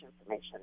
information